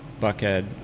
buckhead